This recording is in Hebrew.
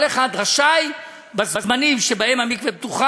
כל אחד רשאי, בזמנים שבהם המקווה פתוח,